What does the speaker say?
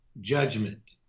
judgment